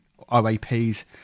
OAPs